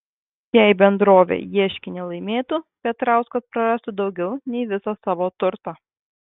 jei bendrovė ieškinį laimėtų petrauskas prarastų daugiau nei visą savo turtą